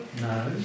No